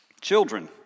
Children